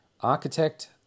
architect